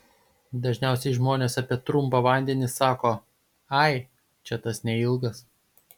dažniausiai žmonės apie trumpą vandenį sako ai čia tas neilgas